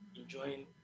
enjoying